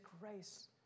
grace